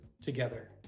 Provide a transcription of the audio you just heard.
together